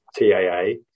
TAA